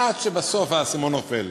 עד שבסוף האסימון נופל.